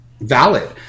valid